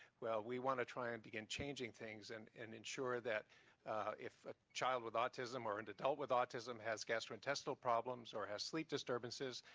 well, we want to try and begin changing things and and ensure that if a child with autism or an and adult with autism has gastrointestinal problems or has sleep disturbances,